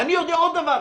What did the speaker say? ואני יודע עוד דבר,